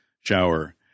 shower